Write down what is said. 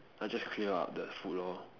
I just clear up the food lor